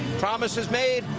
promises made,